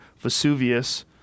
Vesuvius